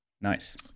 nice